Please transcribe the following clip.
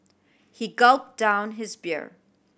he gulped down his beer